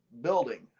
building